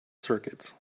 circuits